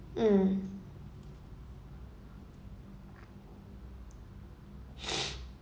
mm